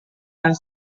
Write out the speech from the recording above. yang